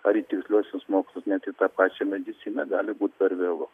ar į tiksliuosius mokslus net į tą pačią mediciną gali būt per vėlu